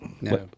No